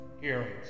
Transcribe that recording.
Hearings